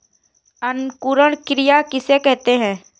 अंकुरण क्रिया किसे कहते हैं?